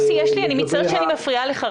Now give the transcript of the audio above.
אני מצטערת שאני מפריעה לך,